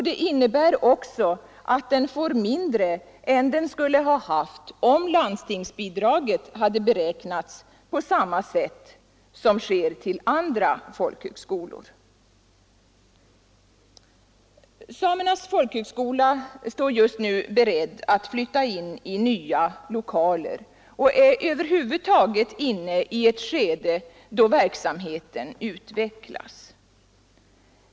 Det innebär också att skolan får mindre än den skulle haft om landstingsbidraget hade beräknats på samma sätt som till andra folkhögskolor. Samernas folkhögskola står just beredd att flytta in i nya lokaler och är över huvud taget inne i ett skede då verksamheten utvecklas.